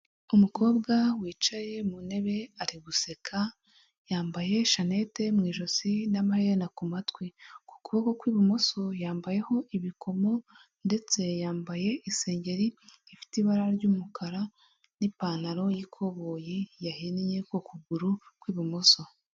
Umukobwa wicaye mu ntebe ari guseka, yambaye shanete mu ijosi n'amaherena ku matwi, ku kuboko kw'ibumoso yambayeho ibikomo ndetse yambaye isengeri ifite ibara ry'umukara n'ipantaro y'ikoboye yahinye ku kuguru kw'ibumoso.